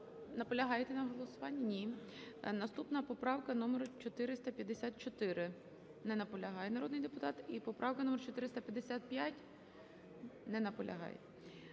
Наполягаєте на голосуванні? Ні. Наступна поправка номер 454. Не наполягає народний депутат. І поправка номер 455. Не наполягає.